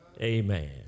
Amen